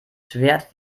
schwert